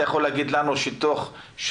אם אתה יכול להגיד לנו שתוך שבוע,